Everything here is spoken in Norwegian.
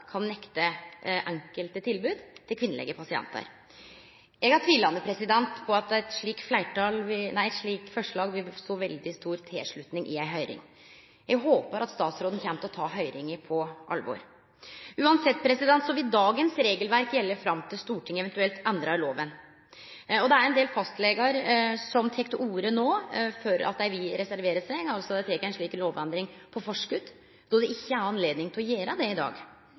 kan nekte enkelte tilbod til kvinnelege pasientar. Eg er tvilande til at eit slikt forslag vil få veldig stor tilslutning i ei høyring. Eg håpar at statsråden kjem til å ta høyringa på alvor. Uansett vil dagens regelverk gjelde fram til Stortinget eventuelt endrar loven. Det er ein del fastlegar som tek til orde no for at dei vil reservere seg – dei tek altså ei slik lovendring på forskott, då det ikkje er anledning til å gjere det i dag.